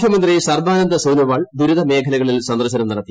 മുഖ്യുമുന്തി സർബാനന്ദ സോണോവാൾ ദുരിത മേഖലകളിൽ സന്ദർശന്ം നടത്തി